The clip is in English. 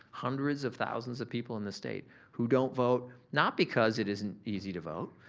hundreds of thousands of people in the state who don't vote not because it isn't easy to vote,